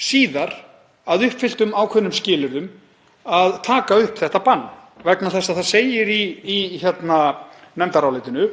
síðar, að uppfylltum ákveðnum skilyrðum, um að taka upp þetta bann. Það segir í nefndarálitinu: